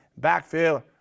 backfill